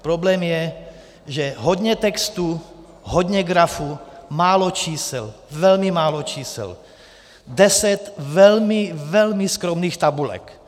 Problém je, že je hodně textu, hodně grafů, málo čísel, velmi málo čísel, deset velmi, velmi skromných tabulek.